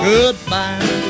Goodbye